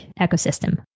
ecosystem